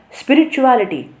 spirituality